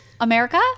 America